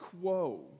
quo